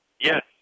Yes